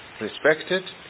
respected